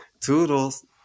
Toodles